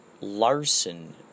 Larson